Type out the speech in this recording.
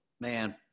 man